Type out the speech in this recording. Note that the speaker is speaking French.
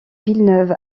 villeneuve